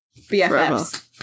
BFFs